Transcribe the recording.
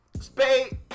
Spade